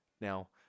now